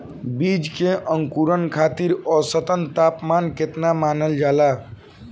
बीज के अंकुरण खातिर औसत तापमान केतना मानल जाला?